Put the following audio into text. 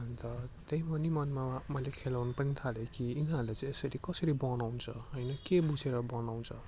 अन्त त्यही म नि मनमा मैले खेलाउन पनि थालेँ कि यिनीहरूले चाहिँ यसरी कसरी बनाउँछ होइन के बुझेर बनाउँछ